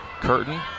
Curtin